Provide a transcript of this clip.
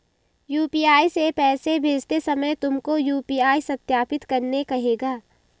UPI से पैसे भेजते समय तुमको यू.पी.आई सत्यापित करने कहेगा